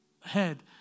head